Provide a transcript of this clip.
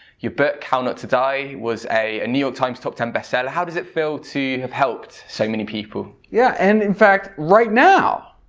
your book how not to die was a new york times top ten best seller, how does it feel to have helped so many people? yeah, and in fact, right now,